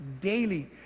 daily